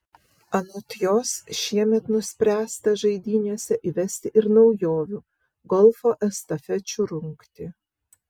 anot jos šiemet nuspręsta žaidynėse įvesti ir naujovių golfo estafečių rungtį